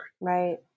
Right